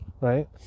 Right